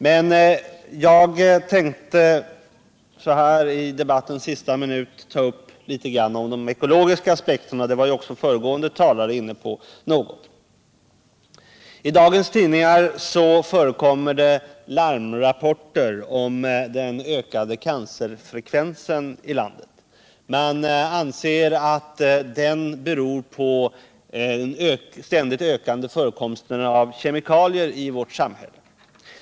Men jag tänkte i debattens sista minuter litet grand ta upp de ekologiska aspekterna, något som f.ö. också föregående talare var inne på. I dagens tidningar förekommer larmrapporter om den ökade cancerfrekvensen i landet. Man anser att den beror på den ständigt ökande förekomsten av kemikalier i vårt samhälle.